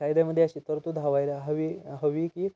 कायद्यामदे अशी तरतूद दयायला हवी हवी की